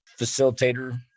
facilitator